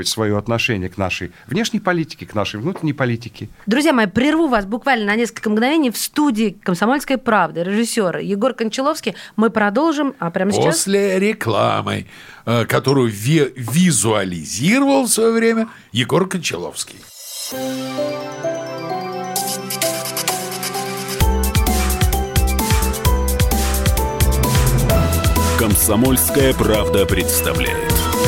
свое отношение к нашей внешней политике, к нашей внутренней политике. Друзья мои, прерву вас буквально на несколько мгновений. В студии «Комсомольской правды» режиссер Егор Кончаловский. Мы продолжим, а прямо сейчас- После рекламы, э, которую ви- визуализировал в свое время Егор Кончаловский. «Комсомольская правда» представляет.